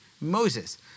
Moses